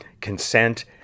Consent